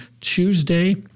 Tuesday